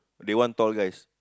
they want tall guys